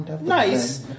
nice